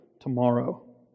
tomorrow